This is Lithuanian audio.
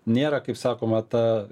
nėra kaip sakoma ta